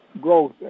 growth